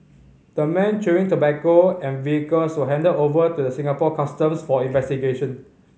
the men chewing tobacco and vehicles were handed over to the Singapore Customs for investigation